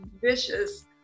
vicious